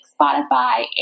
Spotify